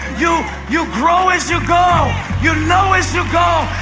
you you grow as you go. you know as you go.